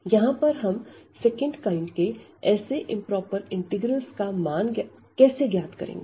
यहां पर हम सेकंड काइंड के ऐसे इंप्रोपर इंटीग्रल्स का मान कैसे ज्ञात करेंगे